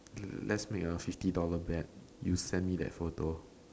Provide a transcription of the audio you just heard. hmm let's make a fifty dollar bet you sent me the photo